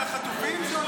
על החטופים,